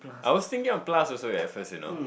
I was thinking a plus also at first you know